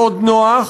מאוד נוח,